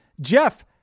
Jeff